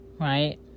Right